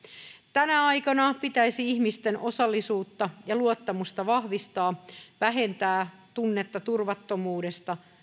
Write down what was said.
tänä aikana pitäisi ihmisten osallisuutta ja luottamusta vahvistaa vähentää tunnetta turvattomuudesta